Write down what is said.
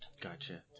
Gotcha